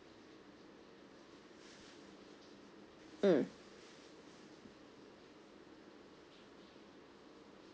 mm